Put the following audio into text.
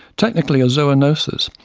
technically a zoonosis,